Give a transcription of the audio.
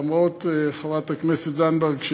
למרות דברי חברת הכנסת זנדברג,